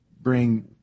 bring